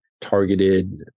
targeted